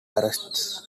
arrests